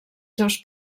seus